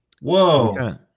Whoa